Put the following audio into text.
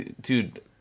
dude –